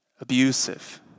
abusive